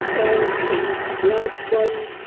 and knott's son,